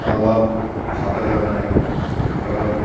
अहवाल सादर करणं आहे हा प्रकल्प